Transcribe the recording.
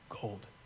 gold